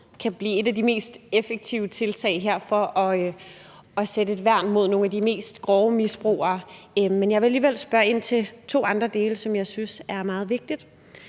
kan blive et af de mest effektive tiltag og sætte et værn op mod nogle af de mest grove misbrugere. Jeg vil alligevel spørge ind til to andre dele, som jeg synes er meget vigtige.